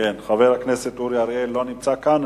חבר הכנסת אורי אריאל, לא נמצא כאן.